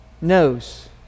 knows